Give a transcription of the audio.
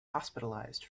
hospitalised